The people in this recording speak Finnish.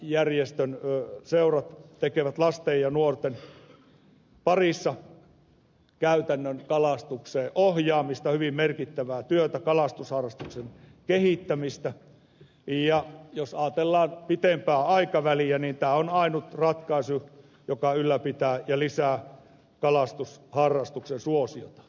tämän järjestön seurat tekevät lasten ja nuorten parissa käytännön kalastukseen ohjaamista hyvin merkittävää työtä kalastusharrastuksen kehittämistä ja jos ajatellaan pitempää aikaväliä niin tämä on ainut ratkaisu joka ylläpitää ja lisää kalastusharrastuksen suosiota